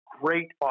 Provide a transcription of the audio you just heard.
great